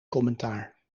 commentaar